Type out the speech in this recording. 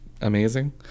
amazing